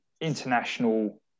international